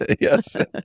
Yes